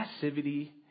passivity